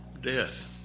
death